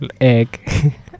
Egg